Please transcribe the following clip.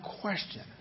question